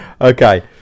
Okay